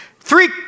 Three